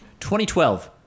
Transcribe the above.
2012